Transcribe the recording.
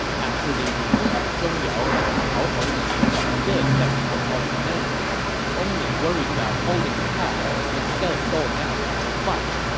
after they relieved zhong yao, cao hong and xu huang did as cao cao commanded and only worried about holding the pass instead of going out to fight.